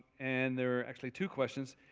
and there are actually two questions.